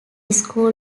school